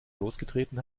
losgetreten